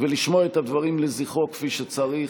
ולשמוע את הדברים לזכרו כפי שצריך.